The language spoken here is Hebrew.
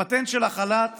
הפטנט של החל"ת